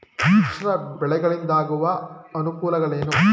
ಮಿಶ್ರ ಬೆಳೆಗಳಿಂದಾಗುವ ಅನುಕೂಲಗಳೇನು?